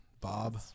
Bob